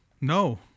no